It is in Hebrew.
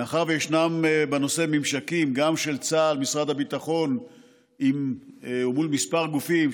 מאחר שישנם בנושא ממשקים של צה"ל ומשרד הביטחון מול כמה גופים,